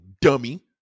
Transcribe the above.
Dummy